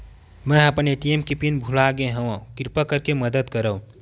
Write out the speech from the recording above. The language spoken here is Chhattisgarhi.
मेंहा अपन ए.टी.एम के पिन भुला गए हव, किरपा करके मदद करव